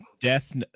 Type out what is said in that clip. death